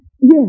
Yes